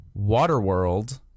Waterworld